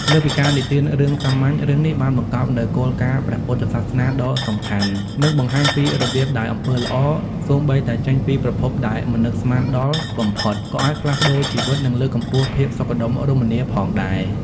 លើសពីការនិទានរឿងសាមញ្ញ រឿងនេះបានបង្កប់នូវគោលការណ៍ព្រះពុទ្ធសាសនាដ៏សំខាន់ និងបង្ហាញពីរបៀបដែលអំពើល្អ សូម្បីតែចេញពីប្រភពដែលមិននឹកស្មានដល់បំផុត ក៏អាចផ្លាស់ប្តូរជីវិត និងលើកកម្ពស់ភាពសុខដុមរមនាផងដែរ។